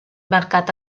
mercat